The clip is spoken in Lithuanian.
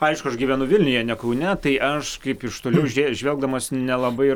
aišku aš gyvenu vilniuje ne kaune tai aš kaip iš toliau žei žvelgdamas nelabai ir